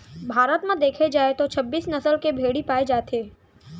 भारत म देखे जाए तो छब्बीस नसल के भेड़ी पाए जाथे